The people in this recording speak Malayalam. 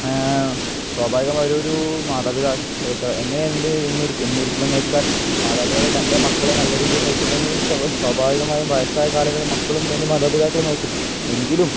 സ്വാഭാവികമായൊരു ഒരു മാതാപിതാക്കൾ എത്ര എങ്ങനെ എന്ത് എന്നിരിക്കുമെന്ന് വെച്ചാൽ മാതാപിതാക്കൾ തൻ്റെ മക്കൾ നല്ല രീതിയിൽ നോക്കിയിട്ടുണ്ടെങ്കിൽ സ്വാഭാവികമായും വയസ്സായ കാലങ്ങളിൽ മക്കളും തൻ്റെ മാതാപിതാക്കളെ നോക്കും എങ്കിലും